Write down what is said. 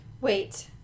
Wait